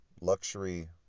luxury